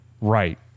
Right